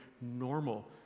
normal